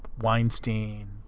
Weinstein